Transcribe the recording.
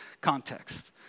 context